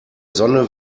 sonne